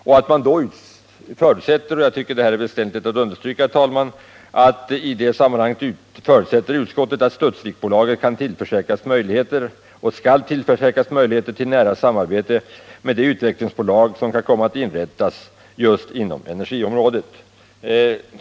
Utskottet förutsätter i det sammanhanget — det tycker jag bör särskilt understrykas, herr talman — att Studsviksbolaget kan och skall ”tillförsäkras möjligheter till nära samarbete med det utvecklingsbolag som kan komma att inrättas för energiområdet”.